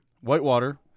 Whitewater